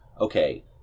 okay